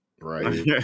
Right